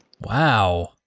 wow